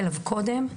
קודם,